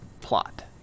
plot